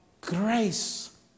grace